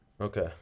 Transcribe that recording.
Okay